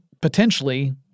potentially